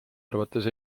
arvates